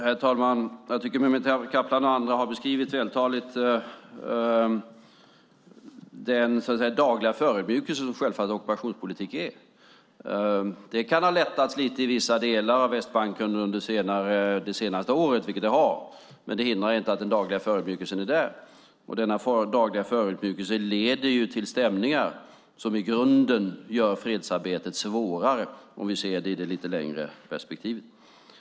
Herr talman! Jag tycker att Mehmet Kaplan och andra vältaligt har beskrivit den dagliga förödmjukelse som ockupationspolitik självfallet är. Det kan ha lättats lite i vissa delar av Västbanken under de senaste året, vilket det också har. Men det hindrar inte att den dagliga förödmjukelsen är där. Denna dagliga förödmjukelse leder till stämningar som i grunden gör fredsarbetet svårare om vi ser det i det lite längre perspektivet.